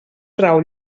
trau